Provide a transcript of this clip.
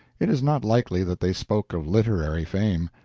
it is not likely that they spoke of literary fame.